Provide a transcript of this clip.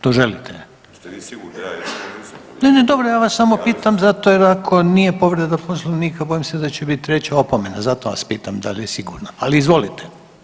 To želite? … [[Upadica se ne razumije.]] Ne, ne, dobro ja vas samo pitam jer ako nije povreda poslovnika bojim se da će biti treća opomena zato vas pitam da li je sigurno, ali izvolite.